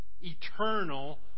eternal